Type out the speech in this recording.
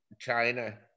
China